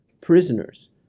prisoners